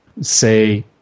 say